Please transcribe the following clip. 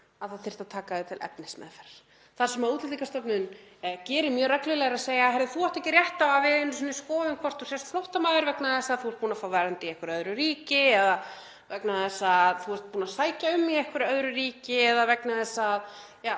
ákvörðun um að taka þau til efnismeðferðar. Það sem að Útlendingastofnun gerir mjög reglulega er að segja: Heyrðu, þú átt ekki rétt á að við einu sinni skoðum hvort þú sért flóttamaður eða ekki vegna þess að þú ert búinn að fá vernd í einhverju öðru ríki, vegna þess að þú ert búinn að sækja um í einhverju öðru ríki